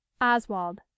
Oswald